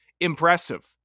Impressive